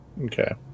Okay